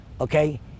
okay